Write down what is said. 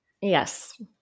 yes